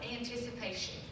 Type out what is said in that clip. anticipation